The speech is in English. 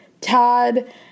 Todd